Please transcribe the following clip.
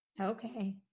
okay